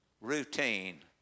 routine